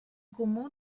comú